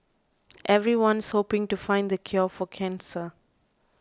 everyone's hoping to find the cure for cancer